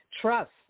Trust